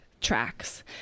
tracks